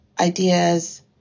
ideas